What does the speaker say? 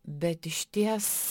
bet išties